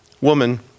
woman